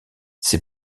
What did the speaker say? ces